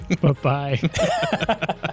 Bye-bye